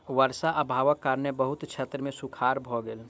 वर्षा अभावक कारणेँ बहुत क्षेत्र मे सूखाड़ भ गेल